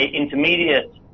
intermediate